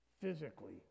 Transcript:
physically